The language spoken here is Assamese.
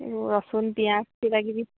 এই ৰচুন পিঁয়াজ কিবাকিবি